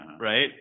right